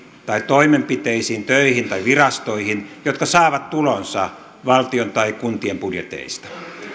tai toimenpiteisiin töihin tai virastoihin jotka saavat tulonsa valtion tai kuntien budjeteista